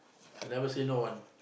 I never say no one